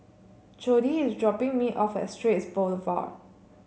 Jodi is dropping me off at Straits Boulevard